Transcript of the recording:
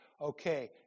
Okay